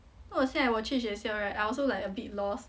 然后我现在去学 right I also a bit lost